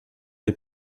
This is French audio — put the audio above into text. des